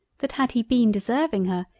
that had he been deserving her,